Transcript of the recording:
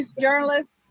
journalists